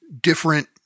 different